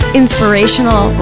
inspirational